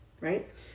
right